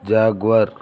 jaguar